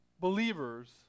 believers